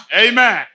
amen